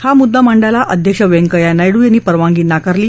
हा मुद्दा मांडायला अध्यक्ष व्यंकय्या नायडू यांनी परवानगी नाकारली